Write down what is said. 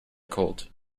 cold